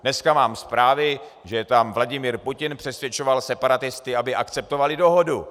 Dneska mám zprávy, že tam Vladimír Putin přesvědčoval separatisty, aby akceptovali dohodu.